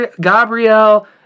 gabrielle